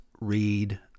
read